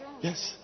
Yes